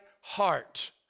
heart